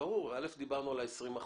דיברנו על ה-20%,